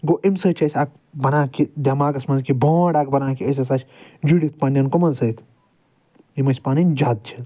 گوو امہِ سۭتۍ چھُ اسہِ اکھ بنان کہِ دٮ۪ماغس منٛز کہِ بانڈ اکھ بنان کہِ أسۍ ہسا چھِ جُڑِتھ پنٕنٮ۪ن کُمن سۭتۍ یِم اسہِ پنٕنۍ جد چھِ